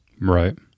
Right